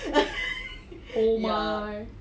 oh my